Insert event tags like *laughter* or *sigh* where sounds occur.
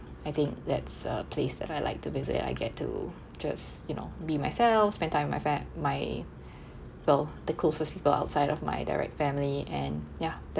I think that's a place that I like to visit I get to just you know be myself spend time with my fam~ my *breath* well the closest people outside of my direct family and ya